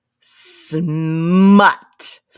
Smut